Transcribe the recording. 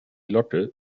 locke